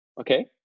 okay